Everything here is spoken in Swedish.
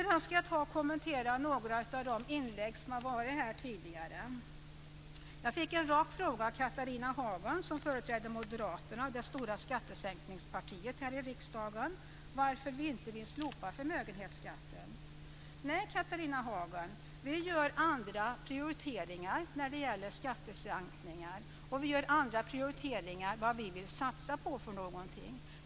Jag ska också kommentera några av de inlägg som har gjorts tidigare. Jag fick en rak fråga av Catharina Hagen, som företräder Moderaterna, det stora skattesänkarpartiet här i riksdagen, om varför vi inte vill slopa förmögenhetsskatten. Nej, Catharina Hagen, vi gör andra prioriteringar när det gäller skattesänkningar. Vi gör andra prioriteringar när det gäller vad vi vill satsa på för någonting.